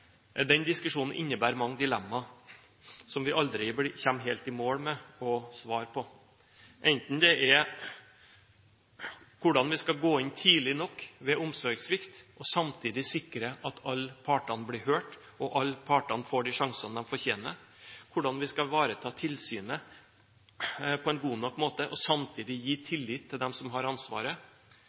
mange dilemmaer som vi aldri kommer helt i mål med å svare på – enten det er hvordan vi skal gå inn tidlig nok ved omsorgssvikt og samtidig sikre at alle partene blir hørt, og at alle partene får de sjansene de fortjener, eller hvordan vi skal ivareta tilsynet på en god nok måte og samtidig gi tillit til dem som har ansvaret.